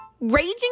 Raging